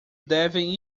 devem